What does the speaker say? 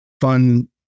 fun